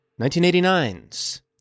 1989's